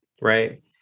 Right